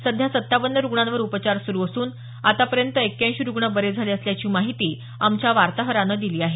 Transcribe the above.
सध्या सत्तावन्न रुग्णांवर उपचार सुरू असून आतापर्यंत एक्क्याऐशी रुग्ण बरे झाले असल्याची माहिती आमच्या वार्ताहरानं दिली आहे